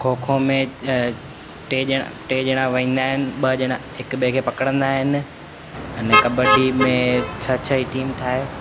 खोखो में टे ॼणा टे ॼणा वेहंदा आहिनि ॿ ॼणा हिक ॿिए खे पकिड़ंदा आहिनि अने कॿडी में छह छह जी टीम ठाहे